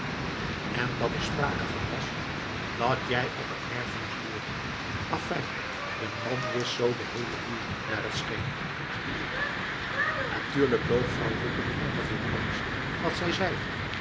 en dat er sprake van was dat jij op een erfenis loerdet afijn de man wist zoo wat den heelen boel naar t scheen natuurlijk loog vrouw juttner ongeveer alles wat zij zeide